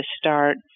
start